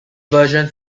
version